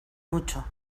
mucho